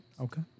Okay